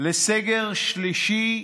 לסגר שלישי.